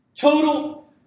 total